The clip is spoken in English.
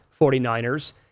49ers